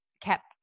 kept